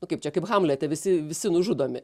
nu kaip čia kaip hamlete visi visi nužudomi